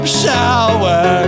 shower